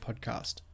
podcast